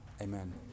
amen